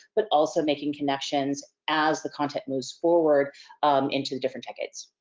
but also making connections as the content moves forward into the different decades?